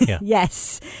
Yes